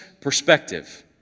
perspective